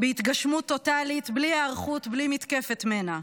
בהתגשמות טוטלית, בלי היערכות, בלי מתקפת מנע.